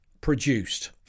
produced